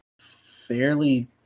fairly